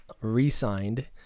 re-signed